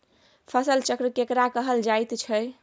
फसल चक्र केकरा कहल जायत छै?